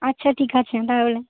আচ্ছা ঠিক আছে তাহলে